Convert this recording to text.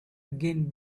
again